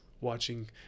watching